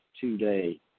today